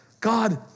God